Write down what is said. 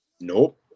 Nope